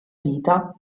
vita